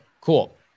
cool